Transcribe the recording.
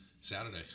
Saturday